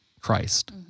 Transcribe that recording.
Christ